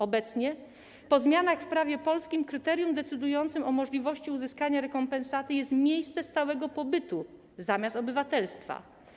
Obecnie po zmianach w prawie polskim kryterium decydującym o możliwości uzyskania rekompensaty jest miejsce stałego pobytu zamiast obywatelstwa.